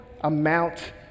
amount